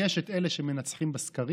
על אפכם ועל חמתכם, מה תעשו?